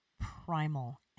primal